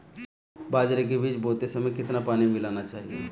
बाजरे के बीज बोते समय कितना पानी मिलाना चाहिए?